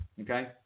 okay